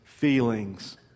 feelings